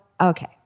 okay